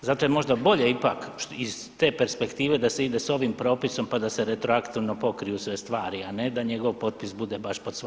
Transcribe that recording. Zato je možda bolje ipak, iz te perspektive da se ide s ovim propisom pa da se retroaktivno pokriju sve stvari, a ne da njegov potpis bude baš pod svakom odlukom.